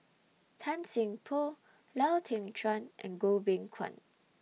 Tan Seng Poh Lau Teng Chuan and Goh Beng Kwan